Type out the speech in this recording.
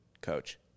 coach